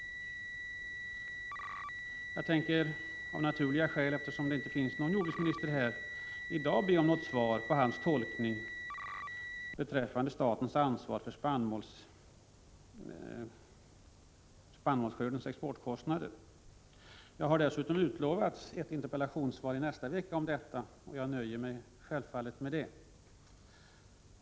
Eftersom jordbruksministern inte är närvarande i kammaren kan jag inte i dag be honom klargöra sin tolkning av beslutet om statens ansvar för kostnaderna för export av spannmål. Jag har dessutom utlovats ett interpellationssvar om detta i nästa vecka och nöjer mig självfallet med det.